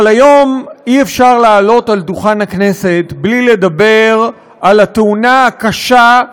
אבל היום אי-אפשר לעלות על דוכן הכנסת בלי לדבר על התאונה הקשה,